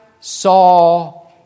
saw